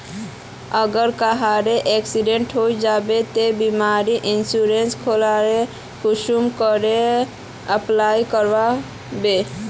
अगर कहारो एक्सीडेंट है जाहा बे तो बीमा इंश्योरेंस सेल कुंसम करे अप्लाई कर बो?